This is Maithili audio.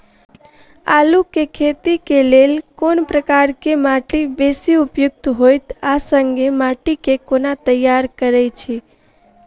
आलु केँ खेती केँ लेल केँ प्रकार केँ माटि बेसी उपयुक्त होइत आ संगे माटि केँ कोना तैयार करऽ छी?